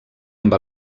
amb